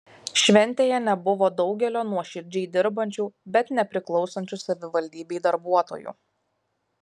šventėje nebuvo daugelio nuoširdžiai dirbančių bet nepriklausančių savivaldybei darbuotojų